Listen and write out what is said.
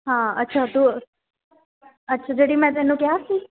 ਹਾਂ ਅੱਛਾ ਤੂੰ ਅੱਛਾ ਜਿਹੜੀ ਮੈਂ ਤੈਨੂੰ ਕਿਹਾ ਸੀ